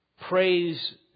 praise